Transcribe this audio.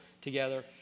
together